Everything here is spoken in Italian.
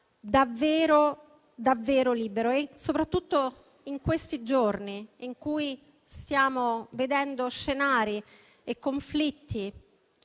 davvero libero. Credo che, soprattutto in questi giorni in cui stiamo vedendo scenari e conflitti